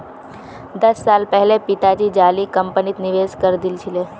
दस साल पहले पिताजी जाली कंपनीत निवेश करे दिल छिले